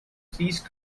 please